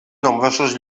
nombrosos